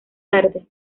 tarde